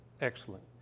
Excellent